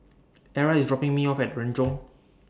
Arra IS dropping Me off At Renjong